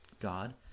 God